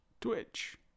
Twitch